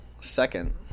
second